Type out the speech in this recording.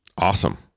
Awesome